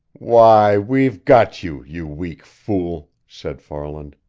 why, we've got you, you weak fool! said farland.